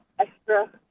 extra